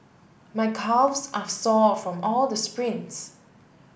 my calves are sore from all the sprints